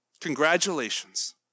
Congratulations